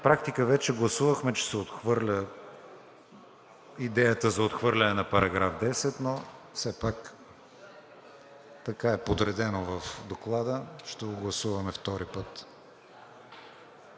практика вече гласувахме, че се отхвърля идеята за отхвърляне на § 10, но все пак така е подредено в Доклада, ще го гласуваме втори път.